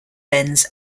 benz